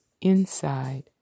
inside